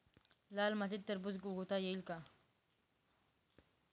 लाल मातीत टरबूज उगवता येईल का?